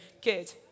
good